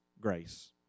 grace